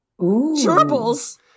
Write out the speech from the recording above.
Gerbils